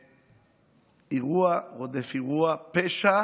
ואירוע רודף אירוע, פשע